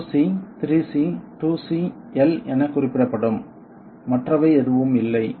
2C 3C 2C L என குறிப்பிடப்படும் மற்றவை எதுவும் இல்லை